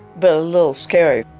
but a little scary.